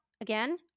again